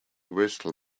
crystal